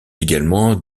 également